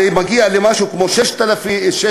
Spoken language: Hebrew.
זה מגיע למשהו כמו 6,000,